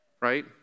right